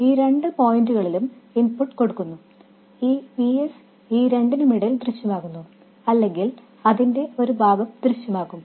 ഈ രണ്ട് പോയിന്റുകളിലും ഇൻപുട്ട് കൊടുക്കുന്നു ഈ Vs ഈ രണ്ടിനുമിടയിൽ ദൃശ്യമാകുന്നു അല്ലെങ്കിൽ അതിന്റെ ഒരു ഭാഗം ദൃശ്യമാകും